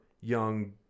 young